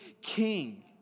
king